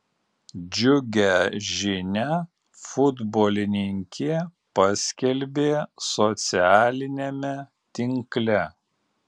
džiugią žinią futbolininkė paskelbė socialiniame tinkle